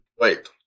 Wait